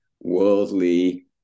worldly